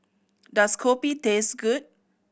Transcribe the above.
does kopi taste good